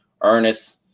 Ernest